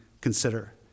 consider